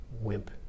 wimp